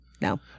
no